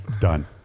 Done